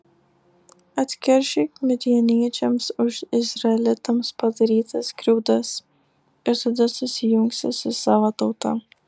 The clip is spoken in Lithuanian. atkeršyk midjaniečiams už izraelitams padarytas skriaudas ir tada susijungsi su savo tauta